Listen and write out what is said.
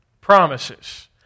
promises